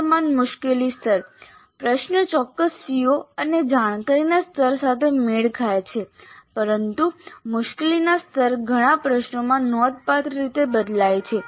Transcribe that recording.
અસમાન મુશ્કેલી સ્તર પ્રશ્ન ચોક્કસ CO અને જાણકારીના સ્તર સાથે મેળ ખાય છે પરંતુ મુશ્કેલીના સ્તર ઘણા પ્રશ્નોમાં નોંધપાત્ર રીતે બદલાય છે